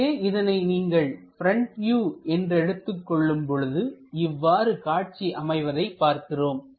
எனவே இதனை நீங்கள் ப்ரெண்ட் வியூ என்று எடுத்துக் கொள்ளும் பொழுது இவ்வாறு காட்சி அமைவதைப் பார்க்கிறோம்